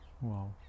Wow